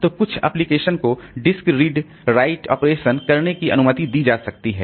तो कुछ एप्लीकेशन को डिस्क रीड राइट ऑपरेशन करने की अनुमति दी जा सकती है